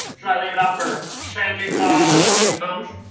should i leave it out for santa claus when he comes?